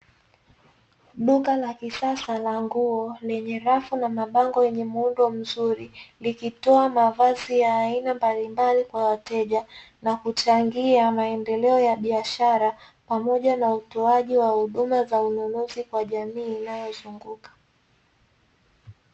Duka la kisasa la nguo lenye rafu na mabango yenye muundo mzuri likitoa mavazi ya aina mbalimbali kwa wateja na kuchangia maendeleo ya biashara pamoja na utoaji wa huduma za ununuzi kwa jamii inayomzunguka.